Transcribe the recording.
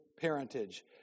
parentage